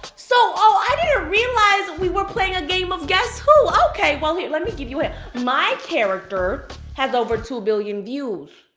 so, oh, i didn't realize we were playing a game of guess who, okay! well here, let me give you a hint, my character has over two billion views.